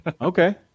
okay